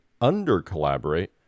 under-collaborate